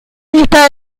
lista